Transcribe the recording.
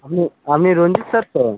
আপনি আপনি রঞ্জিত স্যার তো